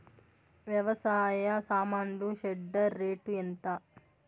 వ్యవసాయ సామాన్లు shredder rate ఎంత?